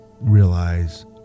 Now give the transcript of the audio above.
realize